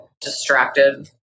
distracted